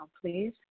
please